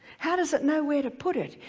how does it know where to put it?